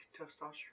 Testosterone